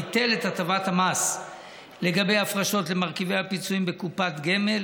ביטל את הטבת המס לגבי הפרשות למרכיב הפיצויים בקופת גמל